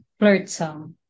flirtsome